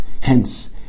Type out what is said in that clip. Hence